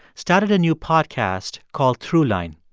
started a new podcast called throughline.